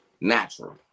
natural